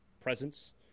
presence